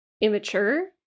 immature